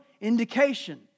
indication